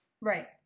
Right